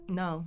no